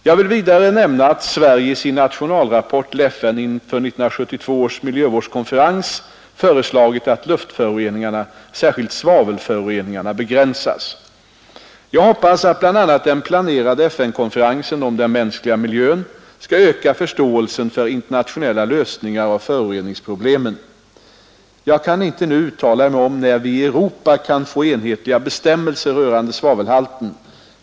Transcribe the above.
Jag vill vidare nämna att Sverige i sin nationalrapport till FN inför 1972 års miljövårdskonferens föreslagit att luftföroreningarna, särskilt svavelföroreningarna, begränsas. Jag hoppas att bl.a. den planerade FN-konferensen om den mänskliga miljön skall öka förståelsen för internationella lösningar av föroreningsproblemen. Jag kan inte nu uttala mig om när vi i Europa kan få enhetliga bestämmelser rörande svavelhalten.